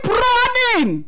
running